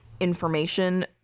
information